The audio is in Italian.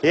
Allora, si è ritenuto di far intervenire